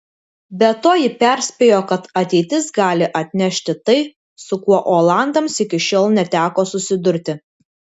be to ji perspėjo kad ateitis gali atnešti tai su kuo olandams iki šiol neteko susidurti